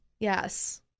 yes